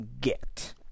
get